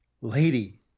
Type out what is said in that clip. Lady